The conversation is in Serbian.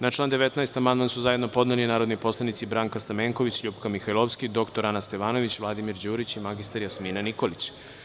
Na član 19. amandman su zajedno podneli narodni poslanici Branka Stamenković, LJupka Mihajlovska, dr Ana Stevanović, Vladimir Đurić i mr Jasmina Nikolić.